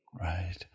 Right